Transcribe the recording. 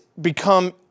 become